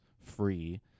free